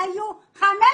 היו 15